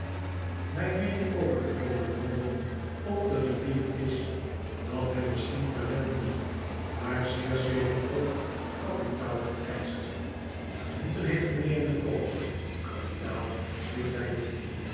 mijn meening over den kolenhandel op die rivier is dat hij misschien talenten maar zeer zeker ook kapitaal vereischt talenten heeft mijnheer micawber kapitaal heeft hij niet